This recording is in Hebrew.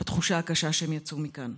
בתחושה הקשה שהם יצאו מכאן.